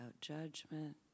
judgment